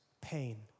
pain